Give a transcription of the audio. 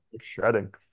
shredding